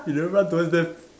you never run towards them